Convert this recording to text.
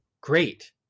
Great